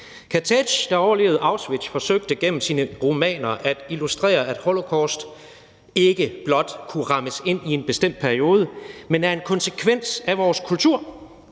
Kertész, der overlevede Auschwitz, forsøgte gennem sine romaner at illustrere, at holocaust ikke blot kunne rammes ind i en bestemt periode, men at det er en konsekvens af vores kultur